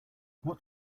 what